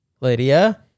Lydia